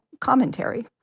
commentary